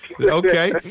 Okay